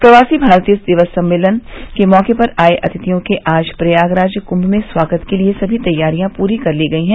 प्रवासी भारतीय दिवस सम्मेलन के मौके पर आए अतिथियों के आज प्रयागराज कुंभ में स्वागत के लिए सभी तैयारियां पूरी कर ली गई है